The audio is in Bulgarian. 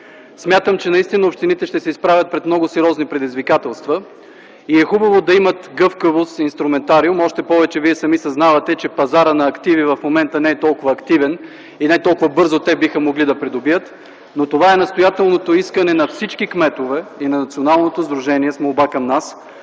Смятам, че наистина общините ще се изправят пред много сериозни предизвикателства. Хубаво е да имат гъвкавост, инструментариум. Още повече, че вие сами съзнавате, че пазарът на активите в момента не е толкова активен и не толкова бързо те биха могли да придобият. Но това е настоятелното искане на всички кметове, и на Националното сдружение, с молба към нас